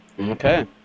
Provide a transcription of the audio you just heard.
Okay